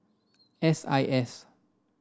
S I S